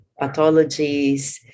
pathologies